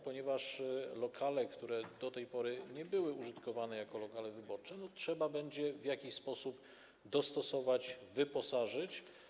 Ponieważ lokale, które do tej pory nie były użytkowane jako lokale wyborcze, trzeba będzie w jakiś sposób dostosować, wyposażyć.